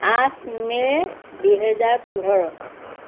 আঠ মে' দুহেজাৰ পোন্ধৰ